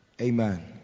Amen